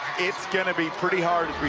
it'sgoing to be pretty hard,